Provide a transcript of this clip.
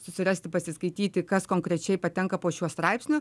susirasti pasiskaityti kas konkrečiai patenka po šiuo straipsniu